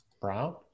Brown